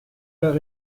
leur